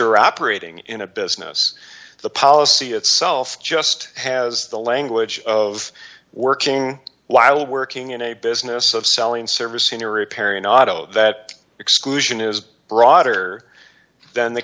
or operating in a business the policy itself just has the language of working while working in a business of selling service in a repairing auto that exclusion is broader than the